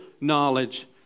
knowledge